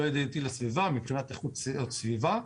ידידותי לסביבה מבחינת איכות הסביבה,